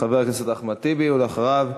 חבר הכנסת אחמד טיבי, ואחריו,